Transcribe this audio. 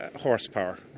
horsepower